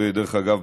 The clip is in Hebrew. דרך אגב,